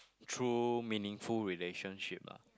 true meaningful relationship lah